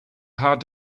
hard